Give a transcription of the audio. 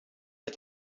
had